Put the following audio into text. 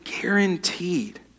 guaranteed